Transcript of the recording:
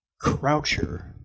Croucher